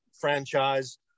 franchise